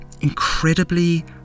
incredibly